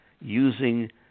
using